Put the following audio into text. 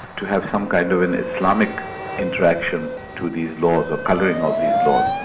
to have some kind of an islamic interaction to these laws or colouring of these laws.